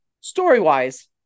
Story-wise